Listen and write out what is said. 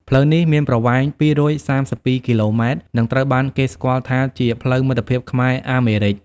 ផ្លូវនេះមានប្រវែង ២៣២ គីឡូម៉ែត្រ និងត្រូវបានគេស្គាល់ថាជា "ផ្លូវមិត្តភាពខ្មែរ-អាមេរិក"។